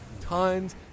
Tons